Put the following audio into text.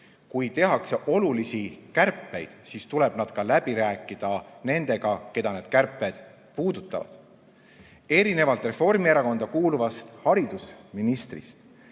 kui tehakse olulisi kärpeid, siis tuleb need läbi rääkida nendega, keda need kärped puudutavad. Erinevalt Reformierakonda kuuluvast haridusministrist